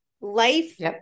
Life